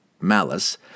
Malice